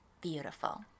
beautiful